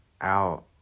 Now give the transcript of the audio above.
out